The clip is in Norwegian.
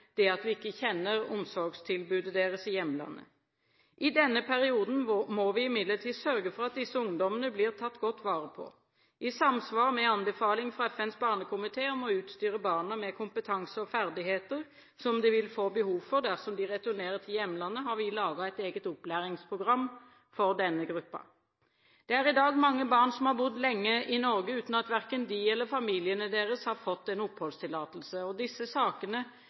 det at vi ikke kjenner omsorgstilbudet deres i hjemlandet. I denne perioden må vi imidlertid sørge for at disse ungdommene blir tatt godt vare på. I samsvar med anbefaling fra FNs barnekomité om å utstyre barna med kompetanse og ferdigheter som de vil få behov for dersom de returnerer til hjemlandet, har vi laget et eget opplæringsprogram for denne gruppen. Det er i dag mange barn som har bodd lenge i Norge, uten at verken de eller familiene deres har fått en oppholdstillatelse. Disse sakene